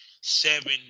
Seven